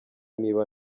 niba